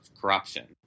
corruption